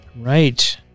Right